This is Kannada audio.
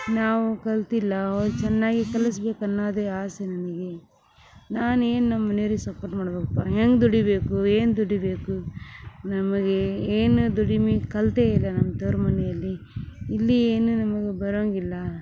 ನಾವು ಕಲ್ತಿಲ್ಲ ಅವ್ರು ಚೆನ್ನಾಗಿ ಕಲಿಸ್ಬೇಕು ಅನ್ನೋದೇ ಆಸೆ ನನಗೆ ನಾನೇನು ನಮ್ಮನೆಯವ್ರಿಗೆ ಸಪೋರ್ಟ್ ಮಾಡಬೇಕು ಹೆಂಗೆ ದುಡಿಯಬೇಕು ಏನು ದುಡಿಯಬೇಕು ನಮಗೆ ಏನು ದುಡಿಮೆ ಕಲ್ತೆ ಇಲ್ಲ ನಮ್ಮ ತವ್ರು ಮನೆಯಲ್ಲಿ ಇಲ್ಲಿ ಏನು ನಮ್ಗೆ ಬರೋವಂಗಿಲ್ಲ